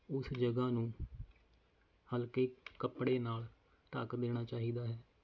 ਉਸ ਜਗ੍ਹਾ ਨੂੰ ਹਲਕੇ ਕੱਪੜੇ ਨਾਲ ਢੱਕ ਦੇਣਾ ਚਾਹੀਦਾ ਹੈ